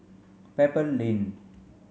Pebble Lane